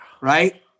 right